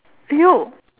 you